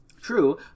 true